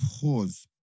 Pause